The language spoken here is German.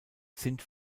sind